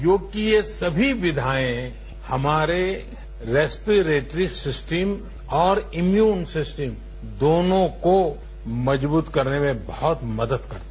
योग की ये सभी विधाए हमारे रेस्पेरेट्री सिस्टम और इम्युनिटी सिस्टम दोनों को मजबूत करने में बहुत मदद करता है